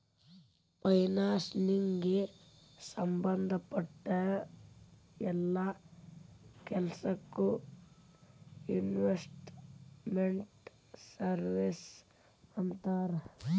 ಫೈನಾನ್ಸಿಗೆ ಸಂಭದ್ ಪಟ್ಟ್ ಯೆಲ್ಲಾ ಕೆಲ್ಸಕ್ಕೊ ಇನ್ವೆಸ್ಟ್ ಮೆಂಟ್ ಸರ್ವೇಸ್ ಅಂತಾರ